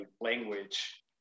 language